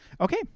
Okay